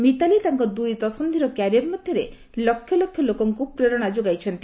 ମିତାଲି ତାଙ୍କ ଦୁଇ ଦଶନ୍ଧିର କ୍ୟାରିୟର୍ ସମୟରେ ଲକ୍ଷ ଲକ୍ଷ ଲୋକଙ୍କୁ ପ୍ରେରଣା ଦେଇପାରିଛନ୍ତି